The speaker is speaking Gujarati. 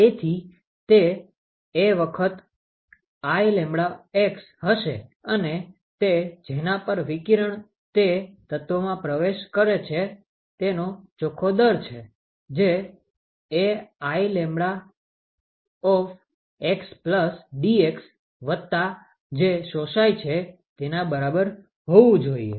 તેથી તે A વખત IλX હશે અને તે જેના પર વિકિરણ તે તત્વમાં પ્રવેશ કરે છે તેનો ચોખ્ખો દર છે જે AIλxdx વતા જે શોષાઈ છે તેના બરાબર હોવું જોઈએ